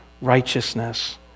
righteousness